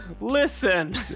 listen